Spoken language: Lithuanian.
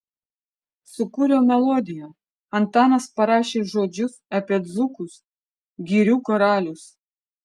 sukūriau melodiją antanas parašė žodžius apie dzūkus girių karalius